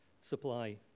supply